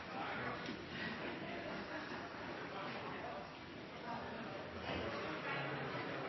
Da er